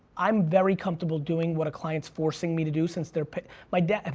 i'm very comfortable doing what a client's forcing me to do since they're, my dad,